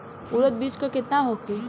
उरद बीज दर केतना होखे?